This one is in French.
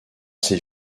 ces